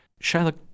Shylock